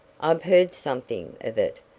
i've heard something of it.